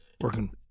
working